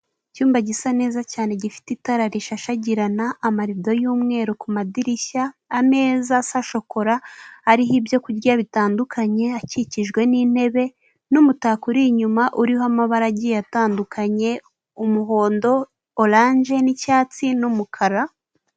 Icyumba gisa neza cyane gifite itara rishashagirana, amarido y'umweru ku madirishya, ameza sa shokola ariho ibyokurya bitandukanye akikijwe n'intebe, n'umutako uri inyuma uriho amabara agiye atandukanye umuhondo, oranje n'cyatsi n'umukara.